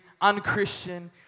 unchristian